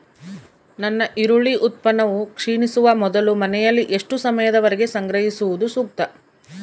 ನನ್ನ ಈರುಳ್ಳಿ ಉತ್ಪನ್ನವು ಕ್ಷೇಣಿಸುವ ಮೊದಲು ಮನೆಯಲ್ಲಿ ಎಷ್ಟು ಸಮಯದವರೆಗೆ ಸಂಗ್ರಹಿಸುವುದು ಸೂಕ್ತ?